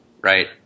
right